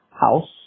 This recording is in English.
house